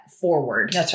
forward